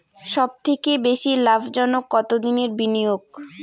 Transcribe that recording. সবথেকে বেশি লাভজনক কতদিনের বিনিয়োগ?